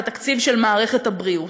בתקציב של מערכת הבריאות.